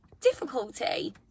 difficulty